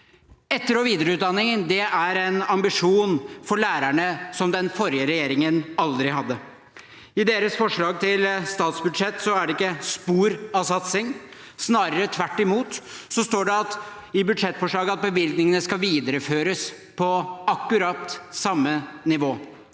Etter- og videreutdanningen er en ambisjon for lærerne som den forrige regjeringen aldri hadde. I deres forslag til statsbudsjett er det ikke spor av satsing. Snarere tvert imot – det står i budsjettforslaget at bevilgningene skal videreføres på akkurat samme nivå.